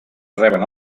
reben